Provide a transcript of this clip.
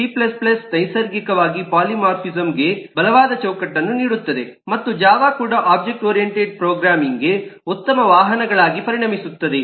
ಸಿC ನೈಸರ್ಗಿಕವಾಗಿ ಪಾಲಿಮಾರ್ಫಿಸಂ ಗೆ ಬಲವಾದ ಚೌಕಟ್ಟನ್ನು ನೀಡುತ್ತದೆ ಮತ್ತು ಜಾವಾ ಕೂಡ ಒಬ್ಜೆಕ್ಟ್ ಓರಿಯಂಟೆಡ್ ಪ್ರೋಗ್ರಾಮಿಂಗ್ಗೆ ಉತ್ತಮ ವಾಹನಗಳಾಗಿ ಪರಿಣಮಿಸುತ್ತದೆ